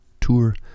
tour